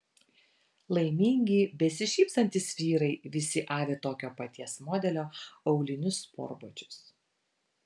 laimingi besišypsantys vyrai visi avi tokio paties modelio aulinius sportbačius